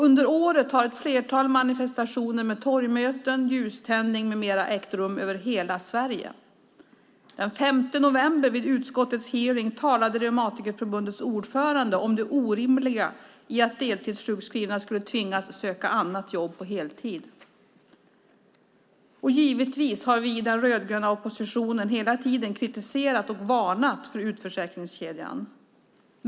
Under året har ett flertal manifestationer med torgmöten, ljuständning, med mera ägt rum över hela Sverige. Den 5 november vid utskottets hearing talade Reumatikerförbundets ordförande om det orimliga i att deltidssjukskrivna skulle tvingas söka annat jobb på heltid. Givetvis har vi i den rödgröna oppositionen hela tiden kritiserat och varnat för utförsäkringskedjan.